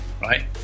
right